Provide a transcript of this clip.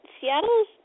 Seattle's